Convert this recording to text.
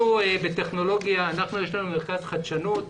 יש לנו מרכז חדשנות.